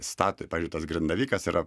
stato pavyzdžiui tas grindavikas yra